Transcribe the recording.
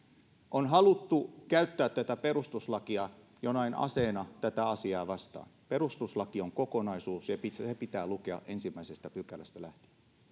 on haluttu käyttää perustuslakia jonain aseena tätä asiaa vastaan perustuslaki on kokonaisuus ja se pitää lukea ensimmäisestä pykälästä lähtien